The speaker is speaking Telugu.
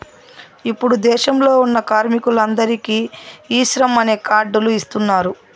ఇప్పుడు దేశంలో ఉన్న కార్మికులందరికీ ఈ శ్రమ్ అనే కార్డ్ లు ఇస్తున్నారు